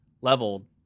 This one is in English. leveled